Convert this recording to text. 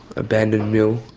abandoned mill,